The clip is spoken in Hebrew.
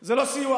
זה לא סיוע,